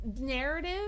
narrative